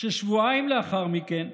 ששבועיים לאחר מכן,